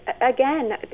again